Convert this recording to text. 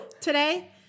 Today